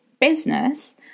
business